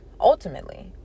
ultimately